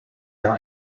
jahr